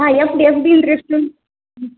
हा F D F D interest ह्म्